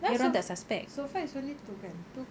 why so so far it's only two kan two